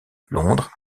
londres